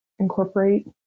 incorporate